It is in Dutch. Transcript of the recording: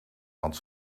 want